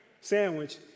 sandwich